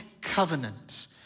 covenant